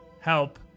help